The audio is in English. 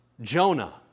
Jonah